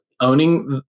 owning